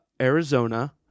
Arizona